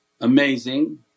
amazing